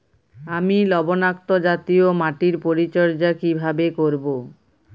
আমি লবণাক্ত জাতীয় মাটির পরিচর্যা কিভাবে করব?